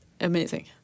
amazing